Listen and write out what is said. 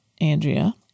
Andrea